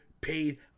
paid